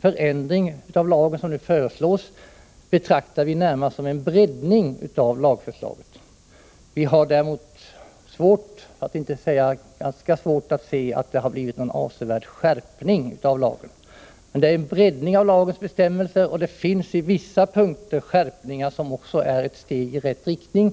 förändring av lagen som nu föreslås betraktar vi närmast som en breddning. Vi har däremot ganska svårt att se att det har blivit någon avsevärd skärpning av lagen. Det är emellertid en breddning av lagens bestämmelser, och det finns på vissa punkter skärpningar som är ett steg i rätt riktning.